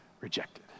rejected